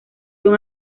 son